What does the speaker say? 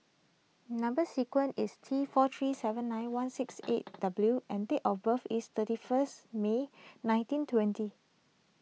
Number Sequence is T four three seven nine one six eight W and date of birth is thirty first May nineteen twenty